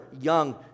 young